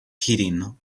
heating